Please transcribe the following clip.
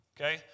Okay